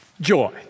joy